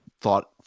thought